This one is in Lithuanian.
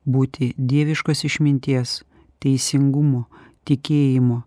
būti dieviškos išminties teisingumo tikėjimo